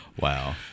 Wow